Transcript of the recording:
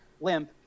limp